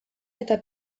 eta